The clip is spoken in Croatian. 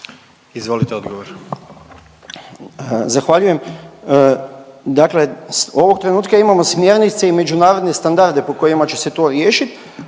**Nekić, Darko** Zahvaljujem. Dakle ovog trenutka imamo smjernice i međunarodne standarde po kojima će se to riješiti,